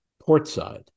portside